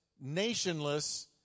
nationless